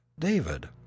David